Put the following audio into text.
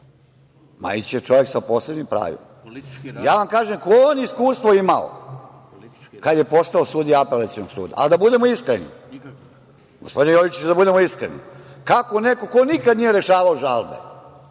je čovek sa posebnim pravima. Ja vam kažem, koje je on iskustvo imao kada je postao sudija apelacionog suda, ali da budemo iskreni? Gospodine Joviću da budemo iskreni, kako neko ko nikad nije rešavao žalbe,